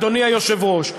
אדוני היושב-ראש,